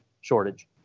shortage